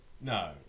no